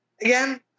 Again